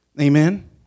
Amen